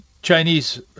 Chinese